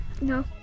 no